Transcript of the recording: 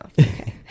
okay